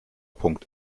punkt